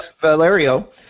Valerio